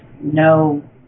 no